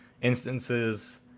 instances